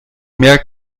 mehr